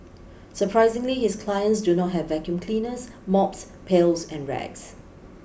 surprisingly his clients do not have vacuum cleaners mops pails and rags